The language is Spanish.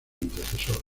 antecesor